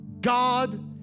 god